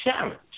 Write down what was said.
challenge